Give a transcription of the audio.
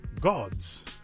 Gods